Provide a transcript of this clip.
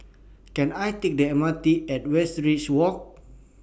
Can I Take The M R T At Westridge Walk